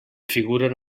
figuren